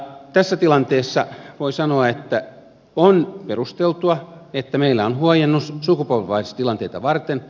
tässä tilanteessa voi sanoa että on perusteltua että meillä on huojennus sukupolvenvaihdostilanteita varten